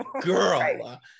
girl